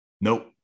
Nope